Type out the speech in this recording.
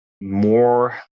more